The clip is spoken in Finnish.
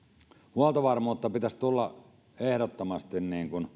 huoltovarmuutta pitäisi tulla ehdottomasti